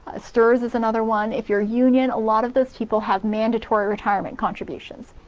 strs is another one, if you're union a lot of those people have mandatory retirement contributions.